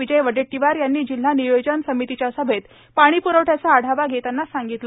विजय वडेट्टीवार यांनी जिल्हा नियोजन समितीच्या सभेत पाणीपुरवठ्याचा आढावा घेतांना सांगितले